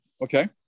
Okay